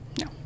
No